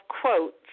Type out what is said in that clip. quotes